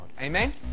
Amen